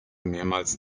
mehrmals